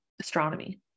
astronomy